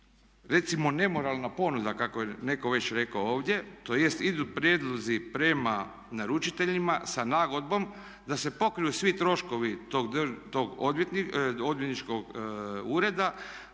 recimo nemoralna ponuda kako je netko već rekao ovdje tj. idu prijedlozi prema naručiteljima sa nagodbom da se pokriju svi troškovi tog odvjetničkog ureda